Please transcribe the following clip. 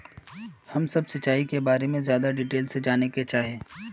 हम सब सिंचाई के बारे में ज्यादा डिटेल्स में जाने ला चाहे?